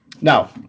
Now